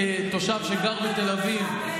כתושב שגר בתל אביב,